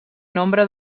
nombre